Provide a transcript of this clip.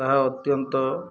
ତାହା ଅତ୍ୟନ୍ତ